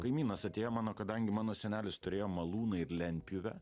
kaimynas atėjo mano kadangi mano senelis turėjo malūną ir lentpjūvę